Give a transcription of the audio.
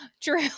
true